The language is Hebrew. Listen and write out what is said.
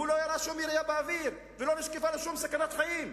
והוא לא ירה שום ירייה באוויר ולא נשקפה לו שום סכנת חיים.